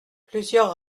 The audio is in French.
plusieurs